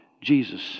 Jesus